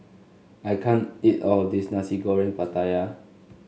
I can't eat all of this Nasi Goreng Pattaya